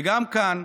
וגם כאן,